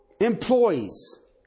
Employees